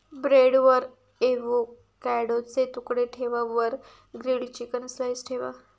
ब्रेडवर एवोकॅडोचे तुकडे ठेवा वर ग्रील्ड चिकन स्लाइस ठेवा